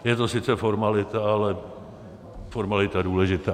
Je to sice formalita, ale formalita důležitá.